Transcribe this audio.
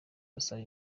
basaba